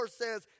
says